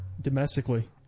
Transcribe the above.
domestically